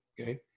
Okay